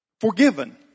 Forgiven